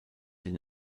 den